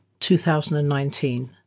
2019